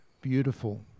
beautiful